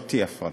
לא תהיה הפרטה.